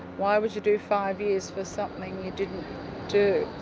why would you do five years for something you didn't do?